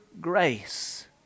grace